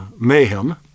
mayhem